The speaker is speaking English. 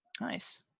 Nice